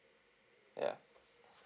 yeah